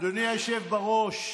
אדוני היושב בראש,